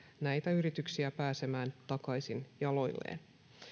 näitä yrityksiä pääsemään takaisin jaloilleen